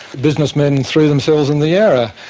businessmen threw themselves in the yarra,